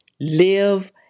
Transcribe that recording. live